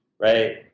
Right